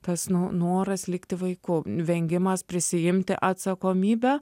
tas nu noras likti vaiku vengimas prisiimti atsakomybę